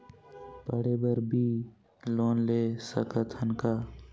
पढ़े बर भी लोन ले सकत हन का?